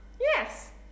Yes